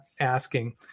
asking